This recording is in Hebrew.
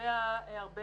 נובע הרבה